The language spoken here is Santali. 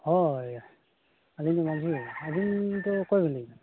ᱦᱳᱭ ᱟᱹᱞᱤᱧ ᱫᱚ ᱢᱟᱺᱡᱷᱤ ᱵᱟᱵᱟ ᱟᱵᱤᱱ ᱫᱚ ᱚᱠᱚᱭ ᱵᱤᱱ ᱞᱟᱹᱭᱮᱫᱟ